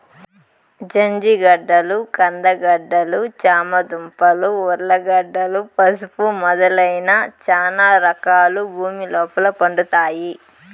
జంజిగడ్డలు, కంద గడ్డలు, చామ దుంపలు, ఉర్లగడ్డలు, పసుపు మొదలైన చానా రకాలు భూమి లోపల పండుతాయి